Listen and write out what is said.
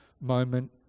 moment